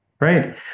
right